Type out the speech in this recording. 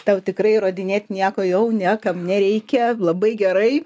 tau tikrai įrodinėt nieko jau niekam nereikia labai gerai